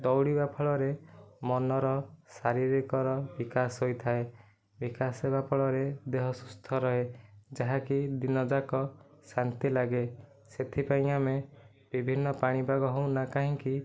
ଦୌଡ଼ିବା ଫଳରେ ମନର ଶାରୀରିକର ବିକାଶ ହୋଇଥାଏ ବିକାଶ ହେବା ଫଳରେ ଦେହ ସୁସ୍ଥ ରହେ ଯାହାକି ଦିନ ଯାକ ଶାନ୍ତି ଲାଗେ ସେଥିପାଇଁ ଆମେ ବିଭିନ୍ନ ପାଣିପାଗ ହେଉ ନା କାହିଁକି